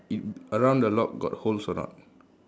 it around the lock got holes or not